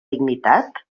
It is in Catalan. dignitat